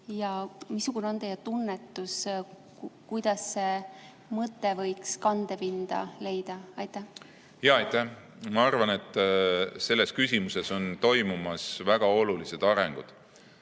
Missugune on teie tunnetus, kuidas see mõte võiks kandepinda leida? Aitäh! Ma arvan, et selles küsimuses on toimumas väga olulised arengud.